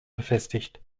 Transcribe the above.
befestigt